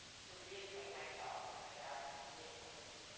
to reacquaint myself with my dad's reading voice,